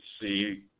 see